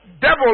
Devil